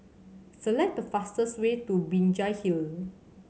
select the fastest way to Binjai Hill